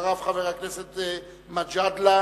אחריו, חבר הכנסת מג'אדלה,